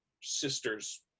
sister's